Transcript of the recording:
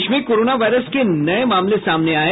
देश में corona virus के नये मामले सामने आये